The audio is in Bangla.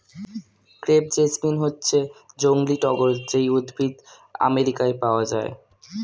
ক্রেপ জেসমিন হচ্ছে জংলী টগর যেই উদ্ভিদ আমেরিকায় পাওয়া যায়